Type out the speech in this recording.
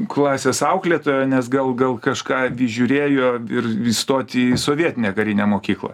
klasės auklėtoja nes gal gal kažką įžiūrėjo ir įstoti į sovietinę karinę mokyklą